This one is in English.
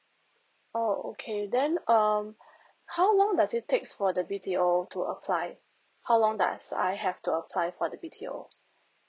oh okay then um how long does it takes for the B_T_O to apply how long does I have to apply for the B_T_O